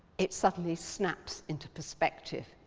it suddenly snaps into perspective.